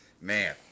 Man